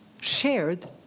shared